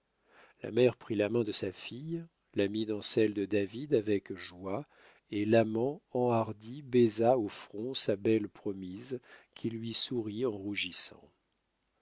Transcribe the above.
la mère prit la main de sa fille la mit dans celle de david avec joie et l'amant enhardi baisa au front sa belle promise qui lui sourit en rougissant